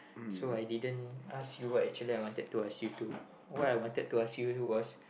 so I didn't ask you what actually I wanted to ask you to what I wanted to ask you was